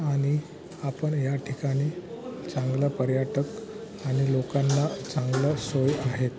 आणि आपण या ठिकाणी चांगलं पर्यटक आणि लोकांना चांगलं सोय आहे